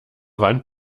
wand